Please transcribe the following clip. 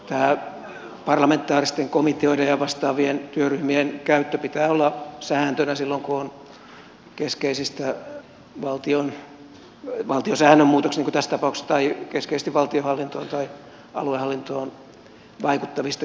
tämän parlamentaaristen komiteoiden ja vastaavien työryhmien käytön pitää olla sääntönä silloin kun on kyse keskeisistä valtiosäännön muutoksista niin kuin tässä tapauksessa tai keskeisesti valtionhallintoon tai aluehallintoon vaikuttavista kysymyksistä